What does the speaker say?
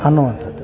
ಅನ್ನುವಂಥದ್ದು